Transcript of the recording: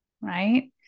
right